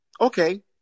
Okay